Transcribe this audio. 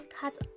cut